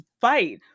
fight